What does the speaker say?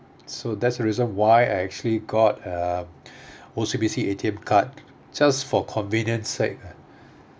so that's the reason why I actually got a O_C_B_C A_T_M card just for convenience sake